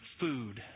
food